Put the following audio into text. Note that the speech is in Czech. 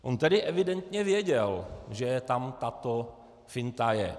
On tedy evidentně věděl, že tam tato finta je.